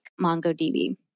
MongoDB